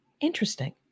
interesting